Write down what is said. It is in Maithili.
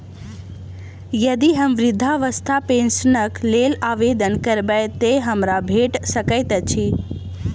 यदि हम वृद्धावस्था पेंशनक लेल आवेदन करबै तऽ हमरा भेट सकैत अछि?